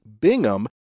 Bingham